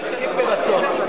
מסכים ברצון.